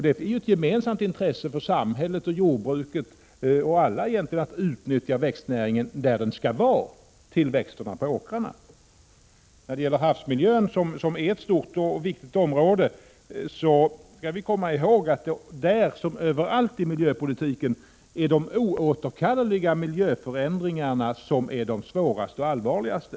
Det är ett gemensamt intresse för samhället, jordbruket och egentligen alla att utnyttja växtnäringen där den skall vara, för tillväxt på åkrarna. Beträffande havsmiljön, som är ett stort och viktigt område, skall vi komma ihåg att där liksom överallt inom miljöpolitiken är det de oåterkalleliga miljöförändringarna som är de svåraste och allvarligaste.